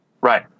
Right